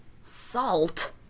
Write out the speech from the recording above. Salt